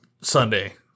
Sunday